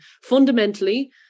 Fundamentally